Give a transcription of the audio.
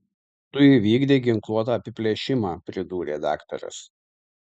tu įvykdei ginkluotą apiplėšimą pridūrė daktaras